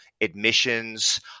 admissions